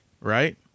right